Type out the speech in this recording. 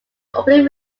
opening